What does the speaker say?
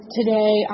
Today